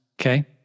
okay